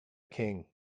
king